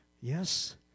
Yes